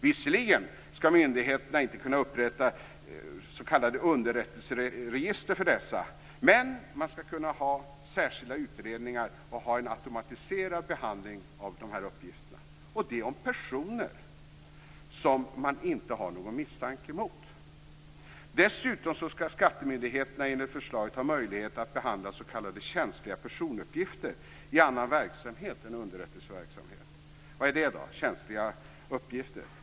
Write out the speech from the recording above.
Visserligen skall myndigheterna inte kunna upprätta s.k. underrättelseregister för dessa, men man skall kunna ha särskilda utredningar och ha en automatiserad behandling av de här uppgifterna. Och det om personer som man inte har någon misstanke mot. Dessutom skall skattemyndigheterna enligt förslaget ha möjlighet att behandla s.k. känsliga personuppgifter i annan verksamhet än underrättelseverksamhet. Vad är det då, känsliga uppgifter?